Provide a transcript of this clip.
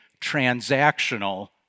transactional